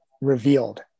revealed